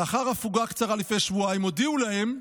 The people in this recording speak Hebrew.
לאחר הפוגה קצרה, לפני שבועיים הודיעו להם,